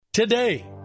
Today